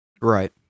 Right